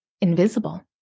invisible